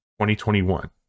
2021